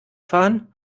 fahren